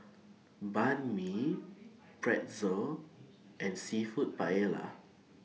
Banh MI Pretzel and Seafood Paella